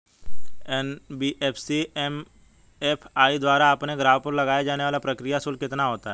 NBFC MFI द्वारा अपने ग्राहकों पर लगाए जाने वाला प्रक्रिया शुल्क कितना होता है?